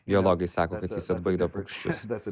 biologai sako kad jis atbaido paukščius